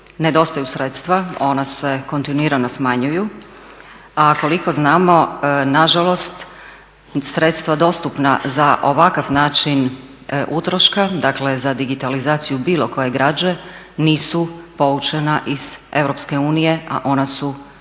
nedostaju sredstva, ona se kontinuirano smanjuju. A koliko znamo nažalost sredstva dostupna za ovakav način utroška dakle za digitalizaciju bilo koje građe nisu poučena iz EU a ona su to